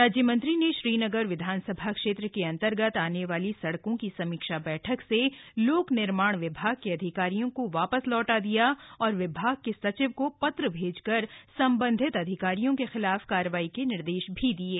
राज्य मंत्री ने श्रीनगर विधानसभा क्षेत्र के अंतर्गत आने वाली सड़कों की समीक्षा बैठक से लोक निर्माण विभाग के अधिकारियों को वापस लौटा दिया और विभाग के सचिव को पत्र भेजकर संबंधित अधिकारियों के खिलाफ कार्रवाई के निर्देश भी दिये